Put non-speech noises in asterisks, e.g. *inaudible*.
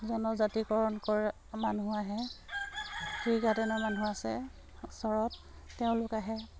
জনজাতিকৰণ *unintelligible* মানুহ আহে ট্ৰি গাৰ্ডেনৰ মানুহ আছে ওচৰত তেওঁলোক আহে